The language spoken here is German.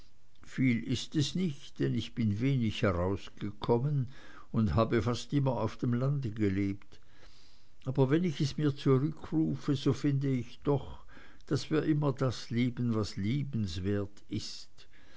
viel ist es nicht denn ich bin wenig herausgekommen und habe fast immer auf dem lande gelebt aber wenn ich es mir zurückrufe so finde ich doch daß wir immer das lieben was liebenswert ist